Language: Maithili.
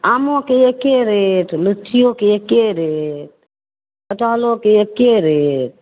आमोके एक्के रेट लिच्चिओके एक्के रेट कटहलोके एक्के रेट